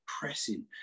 depressing